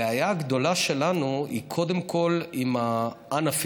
הבעיה הגדולה שלנו היא קודם כול עם ה-unaffiliated,